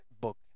book